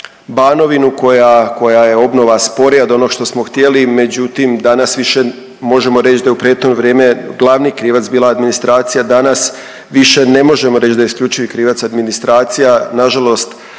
Banovinu koja je obnova sporija od onog što smo htjeli međutim danas više možemo reći da je u prethodno vrijeme glavni krivac bila administracija. Danas više ne možemo reći da je isključivi krivac administracija. Na žalost